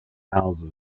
houses